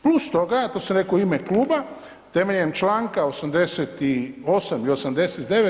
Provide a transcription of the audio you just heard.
Plus toga ako sam reko u ime kluba temeljem Članka 88. i 89.